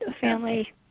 family